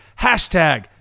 Hashtag